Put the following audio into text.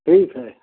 ठीक है